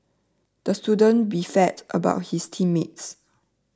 the student beefed about his team mates